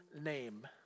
name